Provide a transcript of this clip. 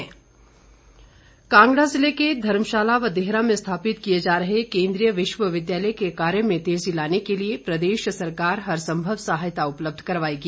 मुख्यमंत्री कांगड़ा जिले के धर्मशाला व देहरा में स्थापित किए जा रहे केन्द्रीय विश्वविद्यालय के कार्य में तेजी लाने के लिए प्रदेश सरकार हर सम्भव सहायता उपलब्ध करवाएगी